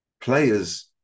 players